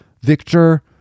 Victor